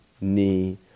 knee